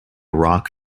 rock